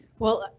well,